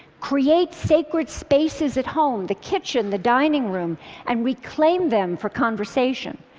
create sacred spaces at home the kitchen, the dining room and reclaim them for conversation.